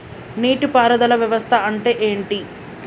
నీటి పారుదల వ్యవస్థ అంటే ఏంటి?